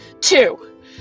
Two